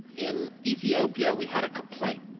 in ethiopia we had a complaint,